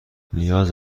نیاز